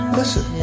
listen